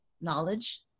knowledge